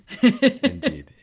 Indeed